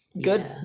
good